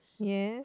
yes